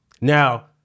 Now